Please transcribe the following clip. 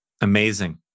Amazing